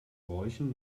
bräuchen